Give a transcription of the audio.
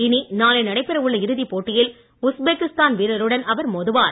இனி நாளை நடைபெற உள்ள இறுதிப் போட்டியில் உஸ்பெக்கிஸ்தான் வீரருடன் அவர் மோதுவார்